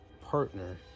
partner